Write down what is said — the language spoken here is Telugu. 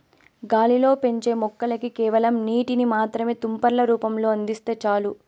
గాలిలో పెంచే మొక్కలకి కేవలం నీటిని మాత్రమే తుంపర్ల రూపంలో అందిస్తే చాలు